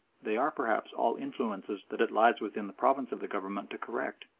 they are perhaps all influences that it lies within the province of the government to correct,